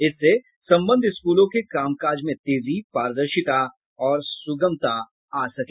इससे संबद्ध स्कूलों के काम काज में तेजी पारदर्शिता और सुगमता आ सके